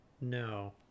No